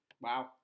Wow